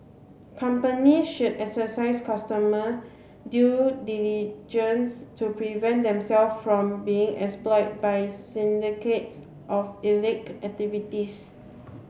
company should exercise customer due diligence to prevent them self from being exploit by syndicates of illicit activities